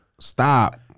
Stop